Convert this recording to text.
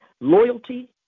loyalty